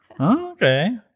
Okay